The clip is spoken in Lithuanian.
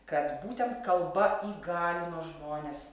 kad būtent kalba įgalino žmones